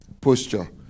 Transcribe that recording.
posture